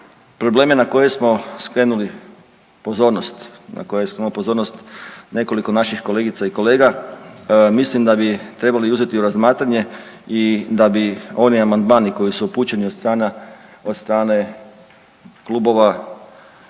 probleme na koje smo skrenuli pozornost, na koje smo pozornost nekoliko naših kolegica i kolega, mislim da bi trebali uzeti u razmatranje i da bi oni amandmani koji su upućeni od strane klubova